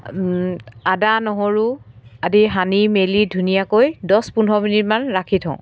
আদা নহৰু আদি সানি মেলি ধুনীয়াকৈ দহ পোন্ধৰ মিনিটমান ৰাখি থওঁ